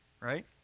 right